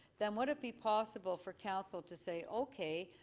then would it be possible for council to say, okay,